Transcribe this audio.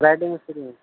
Friday میں free ہیں